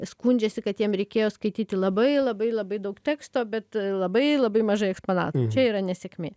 skundžiasi kad jiem reikėjo skaityti labai labai labai daug teksto bet labai labai mažai eksponatų čia yra nesėkmė